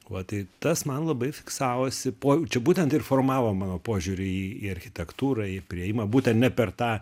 va tik tas man labai fiksavosi pojūčiu būtent ir formavo mano požiūrį į į į architektūrą į priėjimą būtent per tą